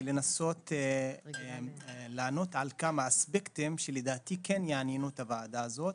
ולנסות לענות על כמה אספקטים שלדעתי כן יעניינו את הוועדה הזאת.